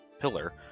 pillar